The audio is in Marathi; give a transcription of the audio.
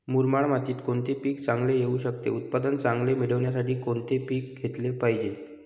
मुरमाड मातीत कोणते पीक चांगले येऊ शकते? उत्पादन चांगले मिळण्यासाठी कोणते पीक घेतले पाहिजे?